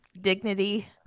dignity